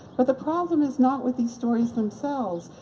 but the problem is not with these stories themselves,